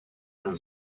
and